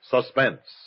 Suspense